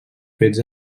fets